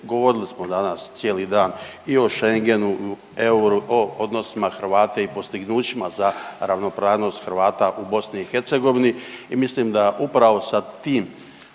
govorili smo danas cijeli dan i o Schengenu, euro, o odnosima Hrvata i postignućima za ravnopravnost Hrvata u BiH